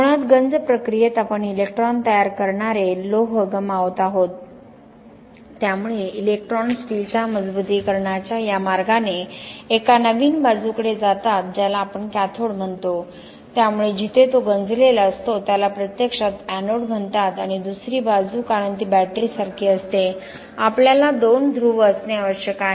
मुळात गंज प्रक्रियेत आपण इलेक्ट्रॉन तयार करणारे लोह गमावत आहोत त्यामुळे इलेक्ट्रॉन स्टीलच्या मजबुतीकरणाच्या या मार्गाने एका नवीन बाजूकडे जातात ज्याला आपण कॅथोड म्हणतो त्यामुळे जिथे तो गंजलेला असतो त्याला प्रत्यक्षात एनोड म्हणतात आणि दुसरी बाजू कारण ती बॅटरीसारखी असते आपल्याला 2 ध्रुव असणे आवश्यक आहे